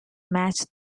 match